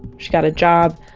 she got a job,